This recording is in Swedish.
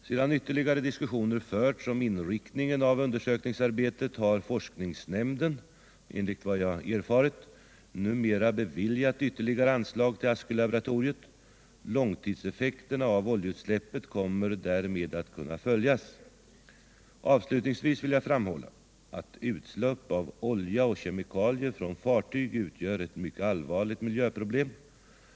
Sedan ytterligare diskussioner förts om inriktningen av undersökningsarbetet har forskningsnämnden, enligt vad jag erfarit, numera beviljat ytterligare anslag till Askölaboratoriet. Långtidseffekterna av oljeutsläppet kommer därmed att kunna följas. Avslutningsvis vill jag framhålla att utsläpp av olja och kemikalier från fartyg utgör ett mycket allvarligt miljöproblem.